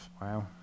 Wow